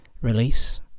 release